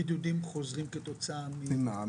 בידודים חוזרים, כתוצאה ממה?